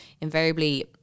invariably